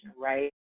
right